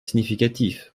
significatif